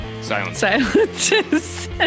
Silence